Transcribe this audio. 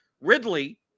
Ridley